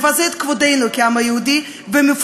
יגידו לנו: טוב,